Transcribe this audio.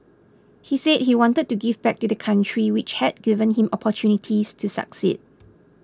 he said he wanted to give back to the country which had given him opportunities to succeed